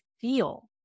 feel